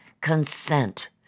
consent